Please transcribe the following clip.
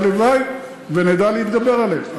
והלוואי שנדע להתגבר עליהם.